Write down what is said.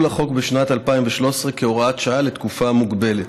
לחוק בשנת 2013 כהוראת שעה לתקופה מוגבלת.